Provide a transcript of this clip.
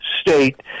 state